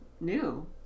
new